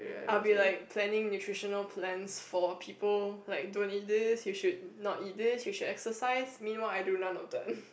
I'll be planning nutritional plans for people like don't eat this you should not eat this you should exercise meanwhile I do none of that